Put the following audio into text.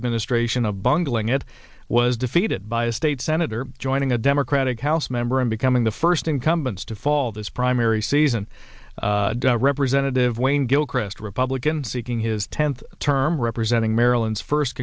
administration of bungling it was defeated by a state senator joining a democratic house member and becoming the first incumbents to fall this price merry season representative wayne gilchrest republican seeking his tenth term representing maryland's first